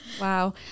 Wow